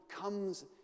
comes